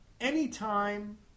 Anytime